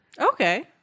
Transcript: Okay